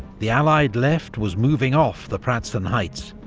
the allied left was moving off the pratzen heights,